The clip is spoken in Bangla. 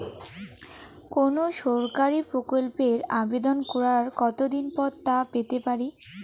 কোনো সরকারি প্রকল্পের আবেদন করার কত দিন পর তা পেতে পারি?